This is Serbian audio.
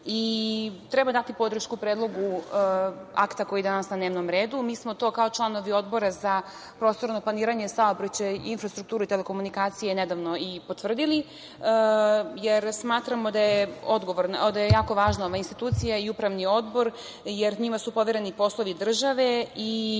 dati podršku predlogu akta koji je danas na dnevnom redu. Mi smo to kao članovi Odbora za prostorno planiranje, saobraćaj, infrastrukturu i telekomunikacije nedavno i potvrdili, jer smatramo da je jako važna ova institucija i upravni odbor, jer njima su povereni poslovi države i